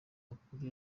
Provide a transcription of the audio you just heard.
makuru